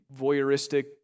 voyeuristic